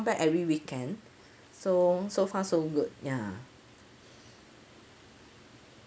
back every weekend so so far so good ya